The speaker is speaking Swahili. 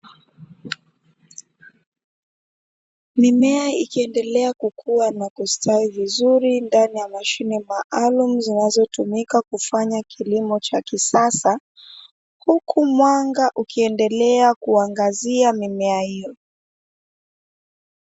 Mimea ikiendelea kukua na kustawi vizuri ndani ya mashine maalumu zinazotumika kufanya kilimo cha kisasa, huku mwanga ukiendelea kuangazia mimea hiyo.